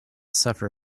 suffer